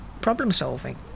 problem-solving